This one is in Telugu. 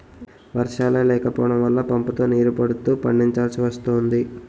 వర్షాలే లేకపోడం వల్ల పంపుతో నీరు పడుతూ పండిచాల్సి వస్తోంది